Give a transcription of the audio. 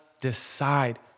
decide